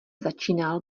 začínal